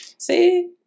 See